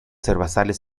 herbazales